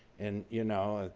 and, you know,